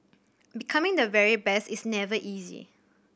becoming the very best is never easy